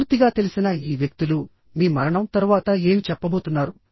పూర్తిగా తెలిసిన ఈ వ్యక్తులు మీ మరణం తరువాత ఏమి చెప్పబోతున్నారు